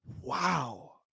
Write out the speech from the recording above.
Wow